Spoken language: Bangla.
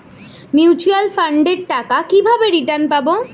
মিউচুয়াল ফান্ডের টাকা কিভাবে রিটার্ন পাব?